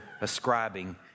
ascribing